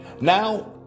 Now